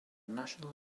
national